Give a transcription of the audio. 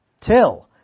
till